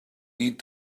need